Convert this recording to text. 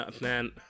Man